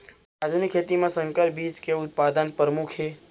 आधुनिक खेती मा संकर बीज के उत्पादन परमुख हे